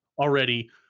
already